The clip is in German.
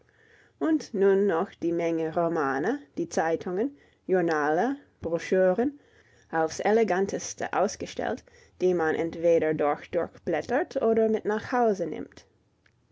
und nun noch die menge romane die zeitungen journale broschüren auf's eleganteste ausgestellt die man entweder dort durchblättert oder mit nach hause nimmt